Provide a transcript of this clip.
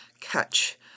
catch